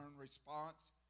response